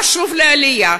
חשוב לעלייה,